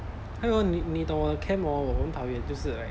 你你懂我的 camp orh 我很讨厌就是 like